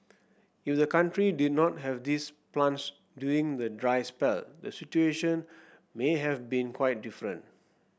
if the country did not have these plants during the dry spell the situation may have been quite different